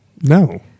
No